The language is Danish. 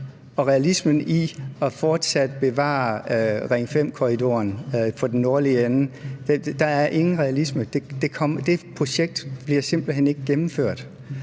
og tanken om fortsat at bevare Ring 5-korridoren i den nordlige ende er der ingen realisme i. Det projekt bliver simpelt hen ikke gennemført.